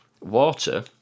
Water